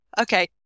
Okay